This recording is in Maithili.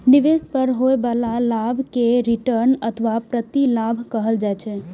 निवेश पर होइ बला लाभ कें रिटर्न अथवा प्रतिलाभ कहल जाइ छै